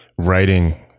writing